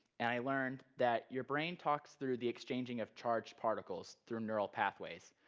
and i learned that your brain talks through the exchanging of charged particles through neural pathways.